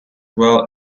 well